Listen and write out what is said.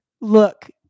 look